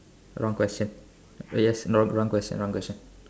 wrong question yes no wrong question wrong question